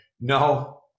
no